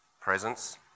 presence